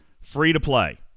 free-to-play